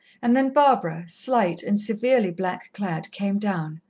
and then barbara, slight and severely black-clad, came down.